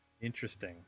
Interesting